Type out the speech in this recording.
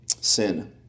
Sin